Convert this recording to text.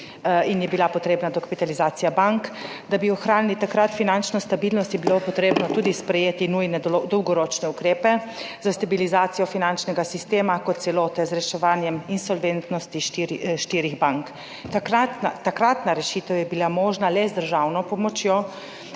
in je bila potrebna dokapitalizacija bank. Da bi takrat ohranili finančno stabilnost, je bilo treba sprejeti tudi nujne dolgoročne ukrepe za stabilizacijo finančnega sistema kot celote z reševanjem insolventnosti štirih bank. Takratna rešitev je bila možna le z državno pomočjo,